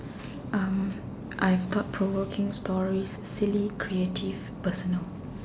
um I have thought provoking stories silly creative personal